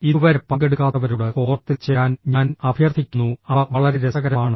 ഇതുവരെ പങ്കെടുക്കാത്തവരോട് ഫോറത്തിൽ ചേരാൻ ഞാൻ അഭ്യർത്ഥിക്കുന്നു അവ വളരെ രസകരമാണ്